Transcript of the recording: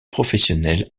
professionnelle